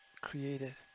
created